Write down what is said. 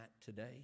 today